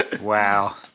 Wow